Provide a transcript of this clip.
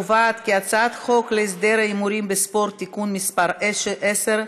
חוק להסדר ההימורים בספורט (תיקון מס' 10),